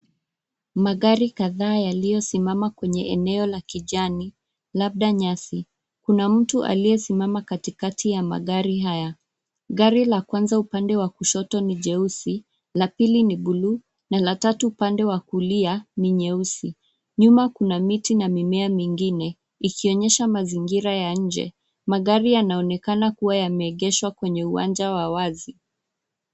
Magari kadhaa yaliyosimama kwenye eneo la kijani, labda nyasi. Kuna mtu aliyesimama katikati ya magari haya. Gari la kwanza upande wa kushoto, ni jeusi, la pili ni buluu na la tatu upande wa kulia, ni nyeusi. Nyuma kuna miti na mimea mingine, ikionyesha mazingira ya nje. Magari yanaonekana kuwa yameegeshwa kwenye uwanja wa wazi.